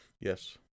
Yes